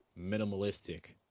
minimalistic